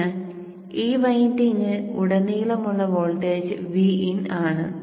അതിനാൽ ഈ വൈൻഡിംഗിൽ ഉടനീളമുള്ള വോൾട്ടേജ് Vin ആണ്